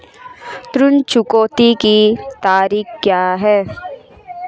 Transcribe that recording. ऋण चुकौती के तरीके क्या हैं?